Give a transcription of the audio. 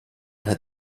had